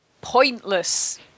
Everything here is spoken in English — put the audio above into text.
pointless